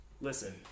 Listen